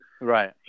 Right